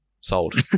sold